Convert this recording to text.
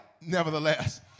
nevertheless